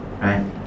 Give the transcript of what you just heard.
right